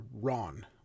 Ron